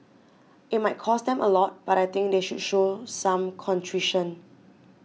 it might cost them a lot but I think they should show some contrition